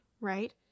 right